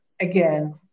again